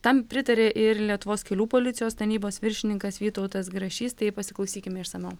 tam pritarė ir lietuvos kelių policijos tarnybos viršininkas vytautas grašys tai pasiklausykime išsamiau